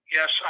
Yes